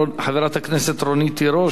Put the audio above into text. חברת הכנסת רונית תירוש,